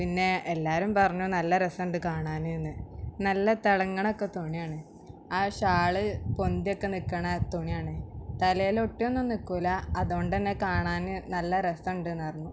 പിന്നെ എല്ലാവരും പറഞ്ഞു നല്ല രസമുണ്ട് കാണാനെന്ന് നല്ല തിളങ്ങുന്ന തുണിയാണ് ആ ഷാള് പൊന്തിയൊക്കെ നിൽക്കുന്ന തുണിയാണ് തലയിൽ ഒട്ടിയൊന്നും നിൽക്കുകയില്ല അതുകൊണ്ട് തന്നെ കാണാന് നല്ല രസമുണ്ട് എന്ന് പറഞ്ഞു